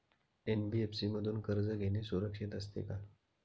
NBFC मधून कर्ज घेणे सुरक्षित असते का?